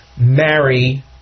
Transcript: marry